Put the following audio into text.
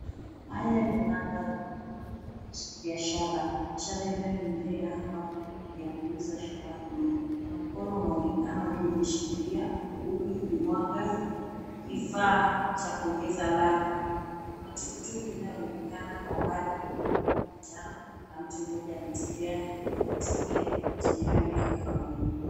Haya ni mandhari ya biashara, biashara inayoendelea ni ya kuuza shawarma kuna mkono unaonekana ukiwa umeshikilia huki ukimwaga kifaa cha kuongeza ladha kuna tukutuku inayoonekana kwa mbali yenye rangi ya manjano na mtu mmoja anatembea na kuna kiti pia chenye rangi ya kahawia.